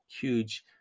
huge